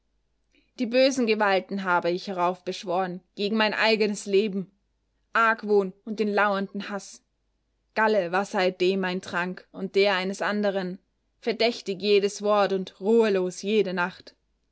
die bösen gewalten habe ich heraufbeschworen gegen mein eigenes leben argwohn und den lauernden haß galle war seitdem mein trank und der eines anderen verdächtig jedes wort und ruhelos jede nacht